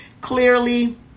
Clearly